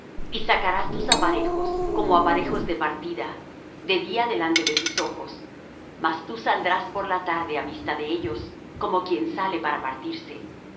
y sacarás tus aparejos como aparejos de partida de día delante de sus ojos mas tú saldrás por la tarde á vista de ellos como quien sale para partirse